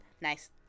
Nice